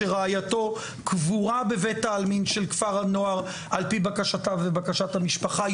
שרעייתו קבורה בבית העלמין של כפר הנוער על פי בקשתם ובקשת המשפחה,